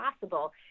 possible